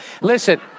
Listen